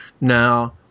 now